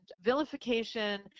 vilification